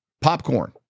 popcorn